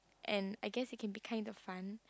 and I guess it can be kind of fun